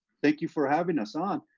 thank you, for having us on.